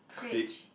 preach